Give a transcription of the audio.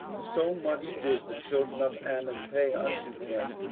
so much did the children of ammon pay unto him,